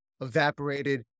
evaporated